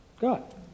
God